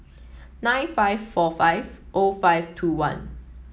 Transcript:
nine five four five O five two one